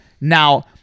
Now